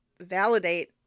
validate